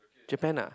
Japan ah